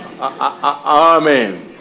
Amen